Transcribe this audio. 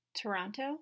Toronto